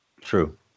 True